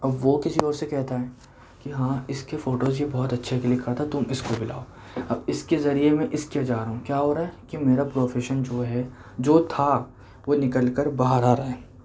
اب وہ کسی اور سے کہتا ہے کہ ہاں اس کے فوٹوز یہ بہت اچھے کلک کرتا تم اس کو بلاؤ اب اس کے ذریعے میں اس کے یہاں جا رہا ہوں کیا ہو رہا ہے کہ میرا پروفیشن جو ہے جو تھا وہ نکل کر باہر آ رہا ہے